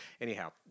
Anyhow